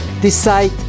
decide